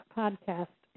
podcast